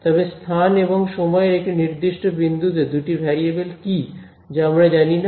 তবে স্থান এবং সময়ের একটি নির্দিষ্ট বিন্দুতে দুটি ভেরিয়েবল কী যা আমরা জানি না